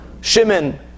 Shimon